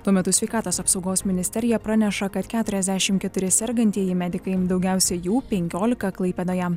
tuo metu sveikatos apsaugos ministerija praneša kad keturiasdešimt keturi sergantieji medikai daugiausia jų penkiolika klaipėdoje